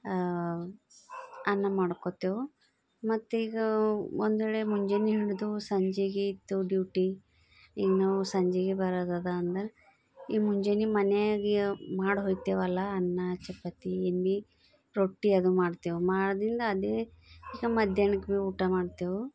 ಅನ್ನ ಮಾಡ್ಕೋತ್ತೇವೆ ಮತ್ತೀಗ ಒಂದ್ವೇಳೆ ಮುಂಜಾನೆ ಹಿಡಿದು ಸಂಜೆಗೆ ಇತ್ತು ಡ್ಯುಟಿ ಈಗ ನಾವು ಸಂಜೆಗೆ ಬರೋದಿದೆ ಅಂದ್ರೆ ಈ ಮುಂಜಾನೆ ಮನೆಯಾಗೆ ಮಾಡಿ ಹೋಗ್ತೇವಲ್ಲ ಅನ್ನ ಚಪಾತಿ ಏನು ಭೀ ರೊಟ್ಟಿ ಅದು ಮಾಡ್ತೇವೆ ಮಾಡ್ದಿಂದ ಅದೇ ಮಧ್ಯಾಹ್ನಕ್ಕೆ ಭೀ ಊಟ ಮಾಡ್ತೇವೆ